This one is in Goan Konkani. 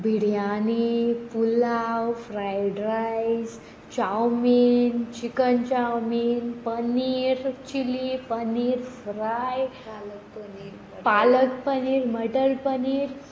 biryani pulao fried rice chowmein chicken chowmein paneer chilli paneer fry paneer palak paneer matar paneer